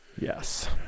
Yes